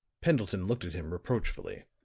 pendleton looked at him reproachfully.